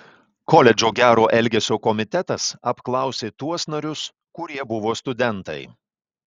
koledžo gero elgesio komitetas apklausė tuos narius kurie buvo studentai